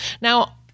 Now